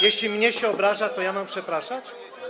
Jeśli mnie się obraża, to ja mam przepraszać?